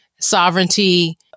sovereignty